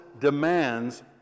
demands